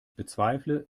bezweifle